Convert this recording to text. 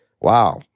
wow